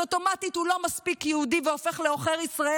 אז אוטומטית הוא לא מספיק יהודי והופך לעוכר ישראל